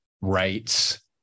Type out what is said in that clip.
rights